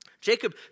Jacob